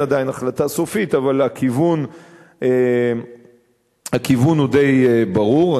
אין עדיין החלטה סופית, אבל הכיוון די ברור.